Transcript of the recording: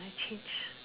I change